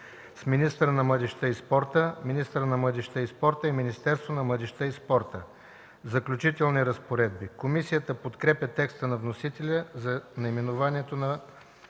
с „министърът на младежта и спорта”, „министъра на младежта и спорта” и „Министерството на младежта и спорта”.” „Заключителни разпоредби”. Комисията подкрепя текста на вносителя за наименованието на